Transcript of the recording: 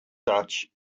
such